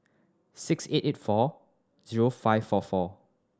six eight eight four zero five four four